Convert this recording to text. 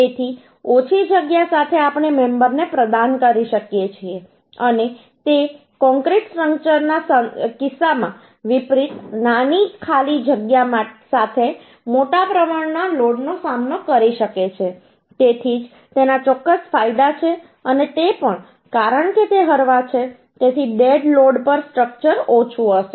તેથી ઓછી જગ્યા સાથે આપણે મેમબરને પ્રદાન કરી શકીએ છીએ અને તે કોંક્રીટ સ્ટ્રક્ચરના કિસ્સામાં વિપરીત નાની ખાલી જગ્યા સાથે મોટા પ્રમાણમાં લોડનો સામનો કરી શકે છે તેથી જ તેના ચોક્કસ ફાયદા છે અને તે પણ કારણ કે તે હળવા છે તેથી ડેડ લોડ પર સ્ટ્રક્ચર ઓછું હશે